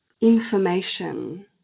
information